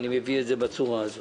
לשם פינוי בסיס מג"ב אייל